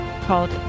called